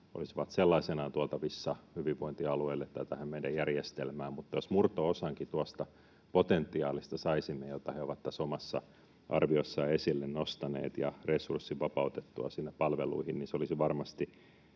olisivat sellaisenaan tuotavissa hyvinvointialueille tai tähän meidän järjestelmään, mutta jos murto-osankin tuosta potentiaalista saisimme, jota he ovat tässä omassa arviossaan esille nostaneet, ja resurssin vapautettua sillä palveluihin, niin se olisi varmasti